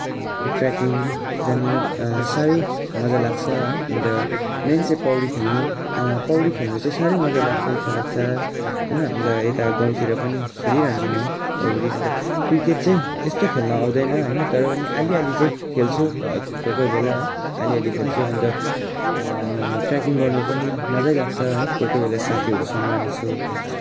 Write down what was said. trekking जान साह्रै मजा लाग्छ है अन्त मेन चाहिँ पौडी खेल्न पौडी खेल्न चाहिँ साह्रै मजा लाग्छ इच्छा लाग्छ होइन अन्त यता गाउँतिर पनि खेलिरहन्छु म पौडी क्रिकेट चाहिँ त्यस्तो खेल्न आउँदैन होइन अलि अलि चाहिँ खेल्छु कोही कोही बेला है अलि अलि खेल्छु अन्त ट्रेकिङ गर्न पनि मजै लाग्छ है कोही कोही बेला साथीहरूसँग यसो